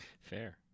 fair